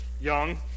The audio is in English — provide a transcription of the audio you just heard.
young